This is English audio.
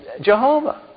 Jehovah